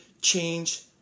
change